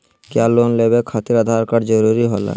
क्या लोन लेवे खातिर आधार कार्ड जरूरी होला?